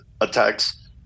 attacks